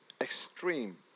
extreme